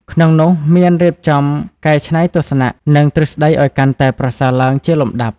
ក្នុងនោះមានរៀបចំកែច្នៃទស្សនៈ និងទ្រឹស្ដីឱ្យកាន់តែប្រសើរឡើងជាលំដាប់។